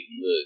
look